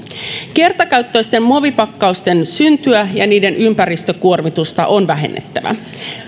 kertakäyttöisten muovipakkausten syntyä ja niiden ympäristökuormitusta on vähennettävä